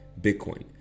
Bitcoin